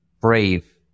brave